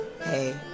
hey